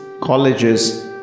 colleges